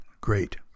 great